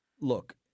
Look